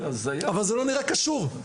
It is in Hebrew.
אבל זה לא נראה קשור.